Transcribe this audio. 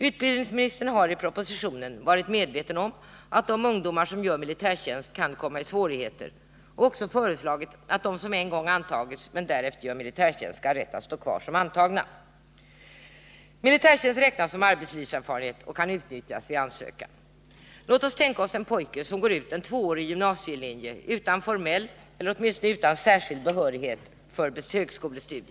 Utbildningsministern har i propositionen varit medveten om att de ungdomar som gör militärtjänst kan komma i svårigheter och också föreslagit att de som en gång antagits men därefter gör militärtjänst skall ha rätt att stå kvar som antagna. Militärtjänst räknas som arbetslivserfarenhet och kan utnyttjas vid ansökan. Låt oss tänka oss en pojke som går ut en tvåårig gymnasielinje utan formell eller åtminstone särskild behörighet för högskolestudier.